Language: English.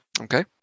Okay